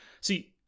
See